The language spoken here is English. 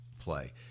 play